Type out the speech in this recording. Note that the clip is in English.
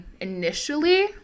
initially